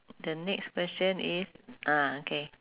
the next question is ah okay